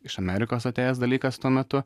iš amerikos atėjęs dalykas tuo metu